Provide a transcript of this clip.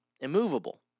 immovable